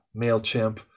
MailChimp